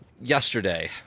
yesterday